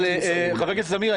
אבל חבר הכנסת זמיר,